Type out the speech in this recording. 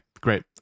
Great